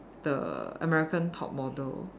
the American top model